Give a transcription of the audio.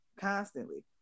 constantly